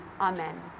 Amen